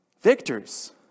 Victors